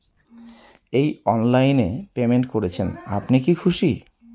এই অনলাইন এ পেমেন্ট করছেন আপনি কি খুশি?